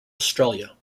australia